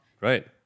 Right